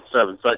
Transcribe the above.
seven